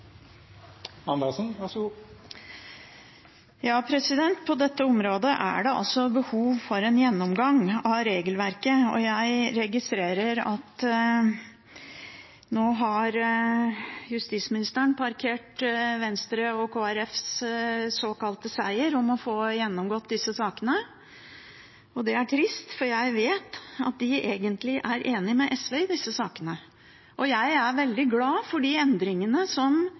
det altså behov for en gjennomgang av regelverket, og jeg registrerer at justisministeren nå har parkert Venstre og Kristelig Folkepartis såkalte seier om å få gjennomgått disse sakene. Det er trist, for jeg vet at de egentlig er enige med SV i disse sakene, og jeg er veldig glad for de endringene som